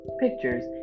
pictures